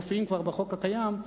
מופיעים כבר בחוק הקיים,